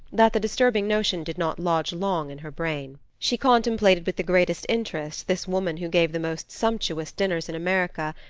that the disturbing notion did not lodge long in her brain. she contemplated with the greatest interest this woman who gave the most sumptuous dinners in america,